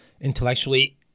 intellectually